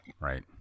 Right